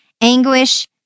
anguish